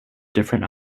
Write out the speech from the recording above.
different